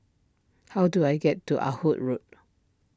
how do I get to Ah Hood Road